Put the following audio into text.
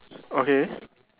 okay